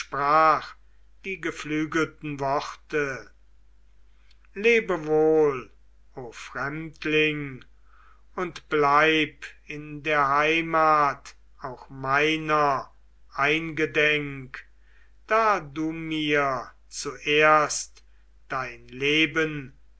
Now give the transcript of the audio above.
sprach die geflügelten worte lebe wohl o fremdling und bleib in der heimat auch meiner eingedenk da du mir zuerst dein leben